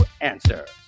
Answers